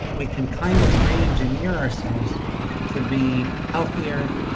we can kind of reengineer ourselves to be healthier,